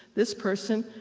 this person,